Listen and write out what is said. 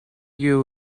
you